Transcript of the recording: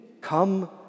come